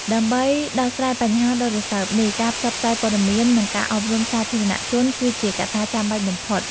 ដើម្បីដោះស្រាយបញ្ហាដ៏រសើបនេះ ការផ្សព្វផ្សាយព័ត៌មាន និងការអប់រំសាធារណជនគឺជាកត្តាចាំបាច់បំផុត។